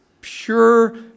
Pure